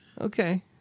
Okay